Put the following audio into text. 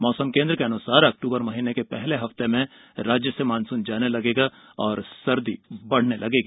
मौसम केंद्र के अनुसार अक्टूबर महीने के पहले हफ्ते में राज्य से मानसून जाने लगेगा और सर्दी बढ़ने लगेगी